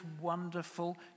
wonderful